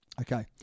Okay